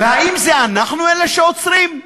והאם אנחנו אלה שעוצרים?